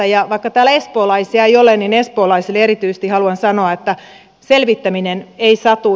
vaikka täällä espoolaisia ei ole niin espoolaisille erityisesti haluan sanoa että selvittäminen ei satu